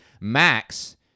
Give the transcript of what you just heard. Max